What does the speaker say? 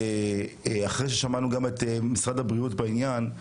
אחרי ששמענו גם את משרד הבריאות בעניין,